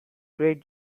great